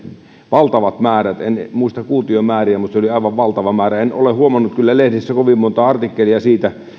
valtavat määrät en muista kuutiomääriä mutta se oli aivan valtava määrä en ole huomannut kyllä lehdissä kovin montaa artikkelia siitä